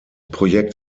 projekt